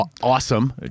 awesome